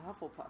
Hufflepuff